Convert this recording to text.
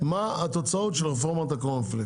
הנושא של הוויסות.